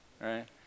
right